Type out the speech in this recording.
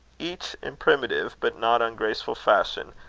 each, in primitive but not ungraceful fashion,